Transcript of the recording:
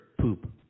poop